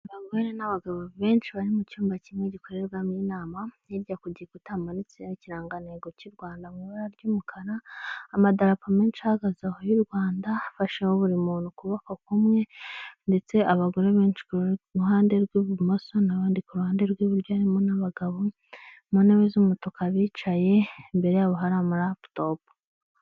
Abagore n'abagabo benshi bari mu cyumba kimwe gikorerwamo inama, hirya ku gikuta hamanitse ikirangantego ki Rwanda, mu ibara ry'umukara amadarapo menshi ahagaze aho y'u Rwanda afasheho buri muntu ukuboko kumwe ndetse abagore benshi kuruhande rw'ibumoso n'abandi ku ruhande rw'iburyo harimo n'abagabo ,mu ntebe z'umutuku bicaye imbere yabo hari amaraputopu.